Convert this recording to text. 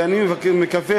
ואני מקווה,